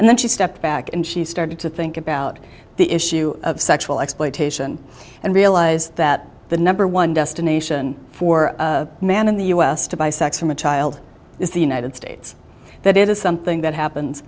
and then she stepped back and she started to think about the issue of sexual exploitation and realize that the number one destination for a man in the u s to buy sex from a child is the united states that is something that happens